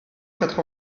quatre